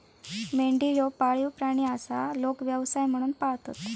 मेंढी ह्यो पाळीव प्राणी आसा, लोक व्यवसाय म्हणून पाळतत